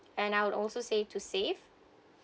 and I would also say to save